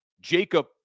Jacob